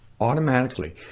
automatically